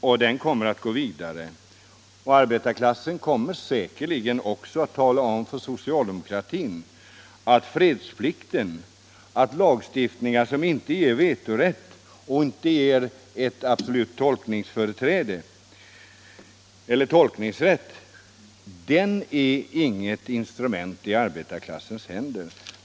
Den kampen kommer att gå vidare, och arbetarklassen kommer säkerligen också att tala om för socialdemokratin att en lagstiftning som inte ger vetorätt och inte ger tolkningsrätt inte är något instrument i arbetarklassens händer.